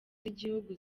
z’igihugu